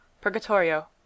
purgatorio